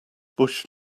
bush